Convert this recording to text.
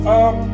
up